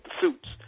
suits